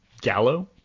Gallo